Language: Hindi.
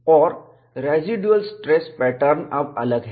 और रेसीड्यूल स्ट्रेस पैटर्न अब अलग है